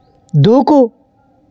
దూకు